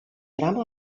drama